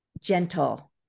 gentle